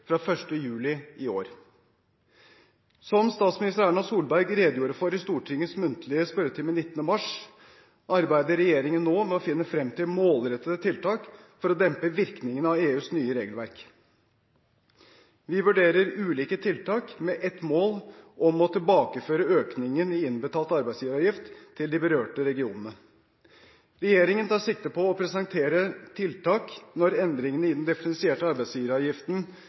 fra l. juli i år. Som statsminister Erna Solberg redegjorde for i Stortingets muntlige spørretime 19. mars, arbeider regjeringen nå med å finne frem til målrettede tiltak for å dempe virkningene av EUs nye regelverk. Vi vurderer ulike tiltak med et mål om å tilbakeføre økningen i innbetalt arbeidsgiveravgift til de berørte regionene. Regjeringen tar sikte på å presentere tiltak når endringene i den differensierte arbeidsgiveravgiften